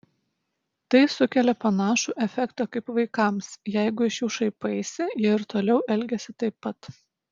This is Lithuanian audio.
tai sukelia panašų efektą kaip vaikams jeigu iš jų šaipaisi jie ir toliau elgiasi taip pat